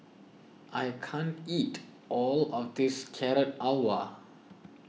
I can't eat all of this Carrot Halwa